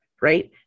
right